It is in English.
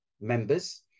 members